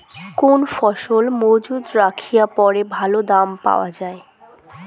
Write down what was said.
কোন ফসল মুজুত রাখিয়া পরে ভালো দাম পাওয়া যায়?